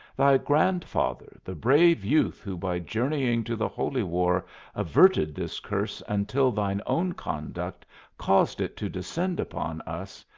thy grandfather, the brave youth who by journeying to the holy war averted this curse until thine own conduct caused it to descend upon us,